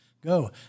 Go